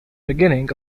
beginning